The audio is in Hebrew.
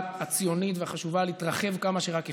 הציונית והחשובה להתרחב כמה שרק אפשר.